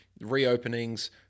reopenings